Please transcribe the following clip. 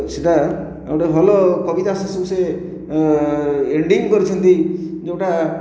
ସେଇଟା ଗୋଟିଏ ଭଲ କବିତା ସେ ସବୁ ସେ ଏଣ୍ଡିଙ୍ଗ କରିଛନ୍ତି ଯେଉଁଟା